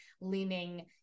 leaning